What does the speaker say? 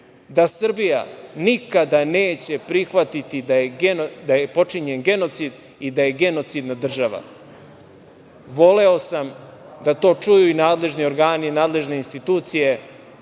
da Srbija nikada neće prihvatiti da je počinjen genocid i da je genocidna država. Voleo sam da to čuju i nadležni organi i nadležne institucije.